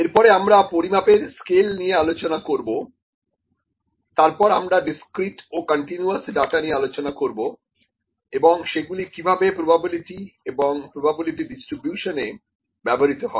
এরপরে আমরা পরিমাপের স্কেল নিয়ে আলোচনা করব তারপর আমরা ডিসক্রিট ও কন্টিনিউয়াস ডাটা নিয়ে আলোচনা করব এবং সেগুলি কিভাবে প্রবাবিলিটি এবং প্রবাবিলিটি ডিস্ট্রিবিউশনে ব্যবহৃত হয়